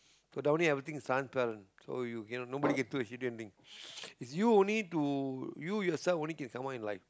down here thing with some parents so you cannot nobody get through a hidden thing it's you only to you yourself only can someone in life